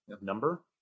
number